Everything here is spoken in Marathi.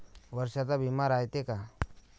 वर्षाचा बिमा रायते का?